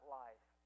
life